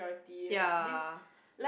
ya